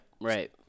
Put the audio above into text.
right